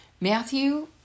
Matthew